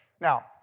Now